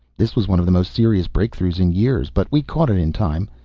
this was one of the most serious breakthroughs in years, but we caught it in time.